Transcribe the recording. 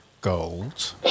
gold